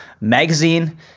magazine